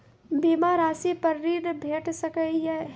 बीमा रासि पर ॠण भेट सकै ये?